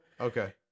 okay